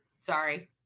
Sorry